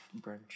brunch